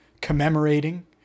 commemorating